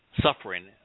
suffering